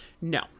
no